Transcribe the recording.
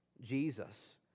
Jesus